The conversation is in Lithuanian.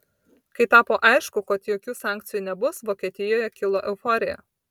kai tapo aišku kad jokių sankcijų nebus vokietijoje kilo euforija